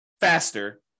faster